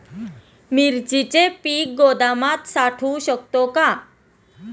मिरचीचे पीक गोदामात साठवू शकतो का?